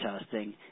testing